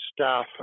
staff